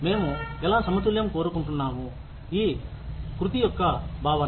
మేము ఎలా సమతుల్యం కోరుకుంటున్నాము ఈ కృతి యొక్క భావన